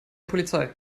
polizei